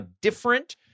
different